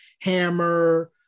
hammer